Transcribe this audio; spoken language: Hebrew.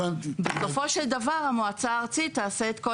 בסופו של דבר המועצה הארצית תעשה את כל